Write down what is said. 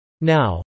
Now